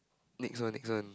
next one next one